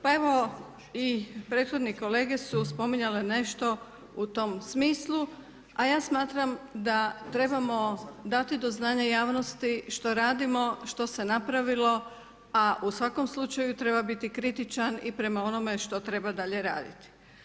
Pa evo i prethodni kolege su spominjale nešto u tom smislu a ja smatram da trebamo dati do znanja javnosti što radimo, što se napravilo a u svakom slučaju treba biti kritičan i prema onome što treba dalje raditi.